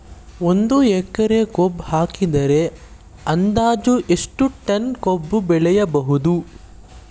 ಒಂದು ಎಕರೆ ಕಬ್ಬು ಹಾಕಿದರೆ ಅಂದಾಜು ಎಷ್ಟು ಟನ್ ಕಬ್ಬು ಬೆಳೆಯಬಹುದು?